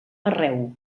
arreu